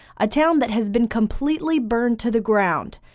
a town that has been completely burned to the ground.